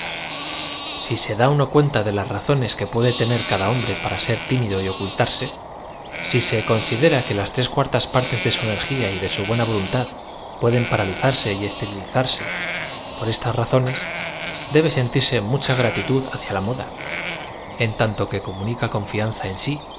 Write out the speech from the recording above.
si se da uno cuenta de las razones que puede tener cada hombre p ara ser timido y ocultarse sí se considera que las tres cuartas partes de su energía y de su buena voluntad pueden paralizarse y esterilizarse por estas razones debe sentirse mucha gratitud hacia la moda ea tanto que comunica confianza en bí